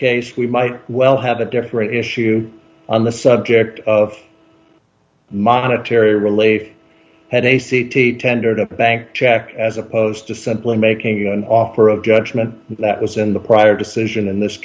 case we might well have a different issue on the subject of monetary relief had a c t tendered up a bank check as opposed to simply making an offer of judgment that was in the prior decision in this